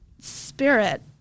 spirit